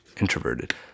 introverted